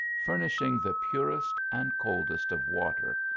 furnishing the purest and coldest of water,